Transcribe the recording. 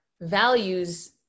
values